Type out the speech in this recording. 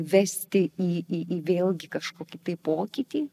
vesti į į į vėlgi kažkokį tai pokytį